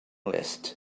list